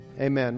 amen